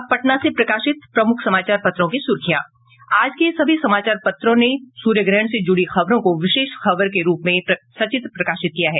अब पटना से प्रकाशित प्रमुख समाचार पत्रों की सुर्खियां आज के सभी समाचार पत्रों ने सूर्य ग्रहण से जुड़ी खबरों को विशेष खबर के रूप में सचित्र प्रकाशित किया है